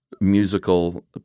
musical